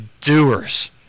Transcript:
doers